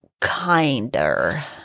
Kinder